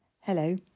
Hello